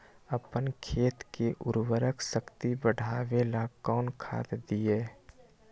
अपन खेत के उर्वरक शक्ति बढावेला कौन खाद दीये?